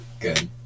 Good